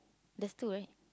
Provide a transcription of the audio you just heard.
there's two right